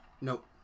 Nope